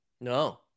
No